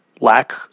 lack